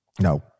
No